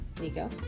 Nico